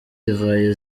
divayi